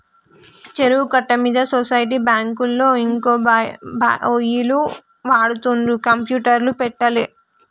చెరువు కట్ట మీద సొసైటీ బ్యాంకులో ఇంకా ఒయ్యిలు వాడుతుండ్రు కంప్యూటర్లు పెట్టలే